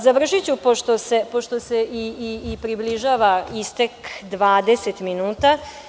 Završiću pošto se i približava istek 20 minuta.